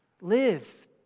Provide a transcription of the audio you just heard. Live